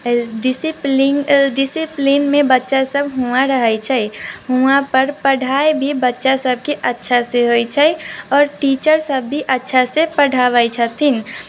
discipline डिसिप्लीनमे बच्चासब हुआँ रहै छै हुआँपर पढ़ाइ भी बच्चासबके अच्छासँ होइ छै आओर टीचरसब भी अच्छासँ पढ़ाबै छथिन